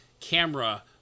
camera